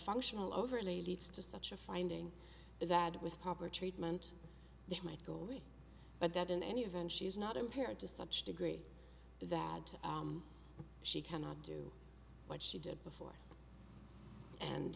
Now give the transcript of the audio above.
functional overlay leads to such a finding that with proper treatment they might go away but that in any event she is not impaired to such degree that she cannot do what she did before and